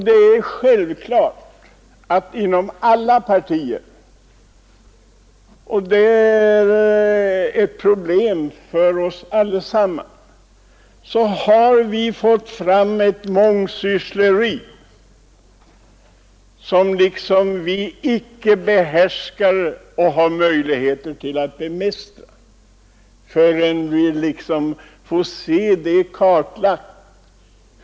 Det är självklart att det inom alla partier i dag finns ett mångsyssleri som vi inte har möjligheter att bemästra förrän vi får det kartlagt.